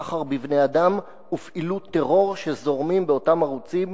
סחר בבני-אדם ופעילות טרור שזורמים באותם ערוצים.